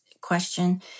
question